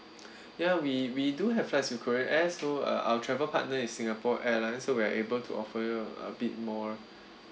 ya we we do have flights to korean air so our travel partner is singapore airlines so we are able to offer you a bit more